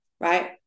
Right